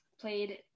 played